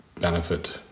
benefit